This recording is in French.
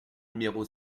numéro